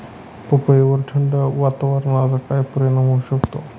पपईवर थंड वातावरणाचा काय परिणाम होऊ शकतो?